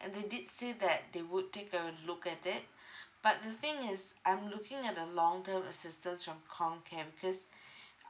and they did say that they would take a look at it but the thing is I'm looking at the long term assistance from comcare because